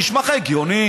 זה נשמע לך הגיוני?